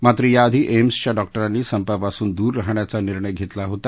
मात्र याआधी एम्सच्या डॉक्टरांनी संपापासून दूर राहण्याचा निर्णय घरिमा होता